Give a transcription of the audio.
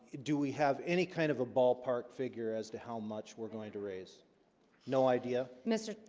do we have any kind of a ballpark figure as to how much we're going to raise no idea mr.